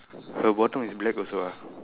her bottom is black also ah